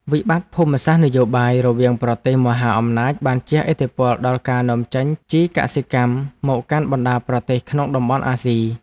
វិបត្តិភូមិសាស្ត្រនយោបាយរវាងប្រទេសមហាអំណាចបានជះឥទ្ធិពលដល់ការនាំចេញជីកសិកម្មមកកាន់បណ្តាប្រទេសក្នុងតំបន់អាស៊ី។